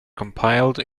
compiled